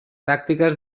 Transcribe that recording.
tácticas